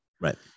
Right